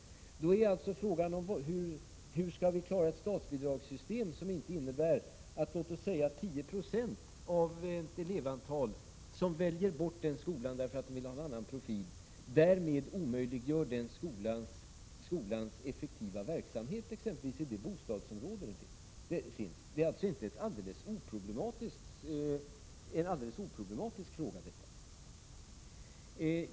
Frågan blir då hur vi skall klara att skapa ett statsbidragssystem som inte innebär att skolans effektiva verksamhet, exempelvis i det bostadsområde där den finns, omöjliggörs om låt oss säga 10 96 av eleverna väljer bort skolan därför att de vill ha en annan profil på sin utbildning. Det är alltså inte en alldeles oproblematisk fråga.